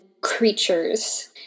creatures